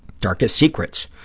darkest secrets.